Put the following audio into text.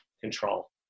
control